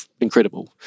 incredible